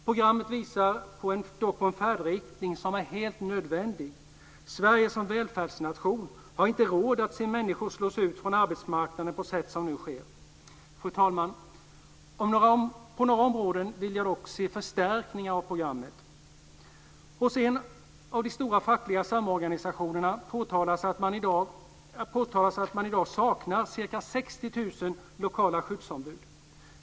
Programmet visar ändock på en färdriktning som är helt nödvändig. Sverige som välfärdsnation har inte råd att se människor slås ut från arbetsmarknaden på sätt som nu sker. Fru talman! På några områden vill jag dock se förstärkningar av programmet. Det påtalas av en av de stora fackliga samorganisationerna att det i dag saknas ca 60 000 lokala skyddsombud.